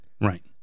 Right